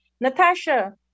Natasha